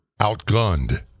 outgunned